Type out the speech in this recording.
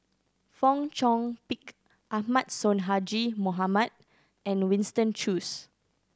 Fong Chong Pik Ahmad Sonhadji Mohamad and Winston Choos